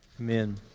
Amen